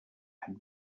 had